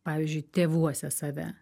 pavyzdžiui tėvuose save